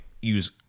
use